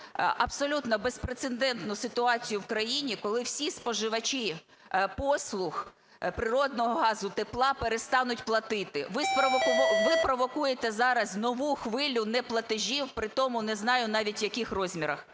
абсолютно безпрецедентну ситуації в країні, коли всі споживачі послуг природного газу, тепла перестануть платити. Ви провокуєте зараз нову хвилю неплатежів, при тому, не знаю, навіть в яких розмірах.